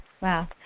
Wow